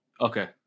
Okay